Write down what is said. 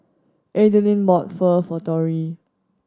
Adeline bought Pho for Torry